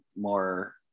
more